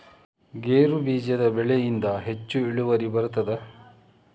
ಗೇರು ಬೀಜದ ಬೆಳೆಯಿಂದ ಹೆಚ್ಚು ಇಳುವರಿ ಬರುತ್ತದಾ?